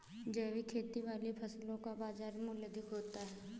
जैविक खेती वाली फसलों का बाज़ार मूल्य अधिक होता है